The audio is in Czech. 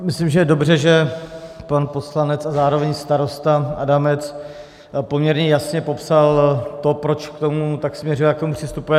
Myslím, že je dobře, že pan poslanec a zároveň starosta Adamec poměrně jasně popsal to, proč k tomu tak směřuje a k tomu přistupuje.